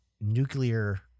nuclear